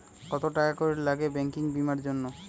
কত টাকা করে লাগে ব্যাঙ্কিং বিমার জন্য?